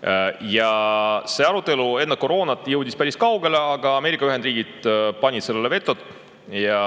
See arutelu jõudis enne koroonat päris kaugele, aga Ameerika Ühendriigid panid sellele veto ja